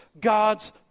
God's